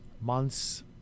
months